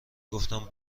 گفتم